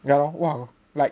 ya lor !wah!